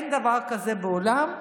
אין דבר כזה בעולם.